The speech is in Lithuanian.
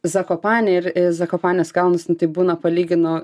zakopanę ir zakopanės kalnus nu taip būna palyginu